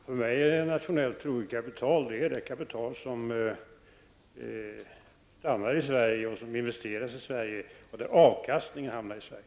Herr talman! För mig är nationellt troget kapital det kapital som stannar i Sverige -- som investeras i Sverige och där avkastningen hamnar i Sverige.